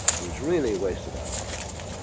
we've really wasted our opportunity.